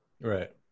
Right